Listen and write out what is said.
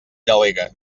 delegue